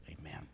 Amen